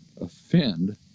offend